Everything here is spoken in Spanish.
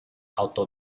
auto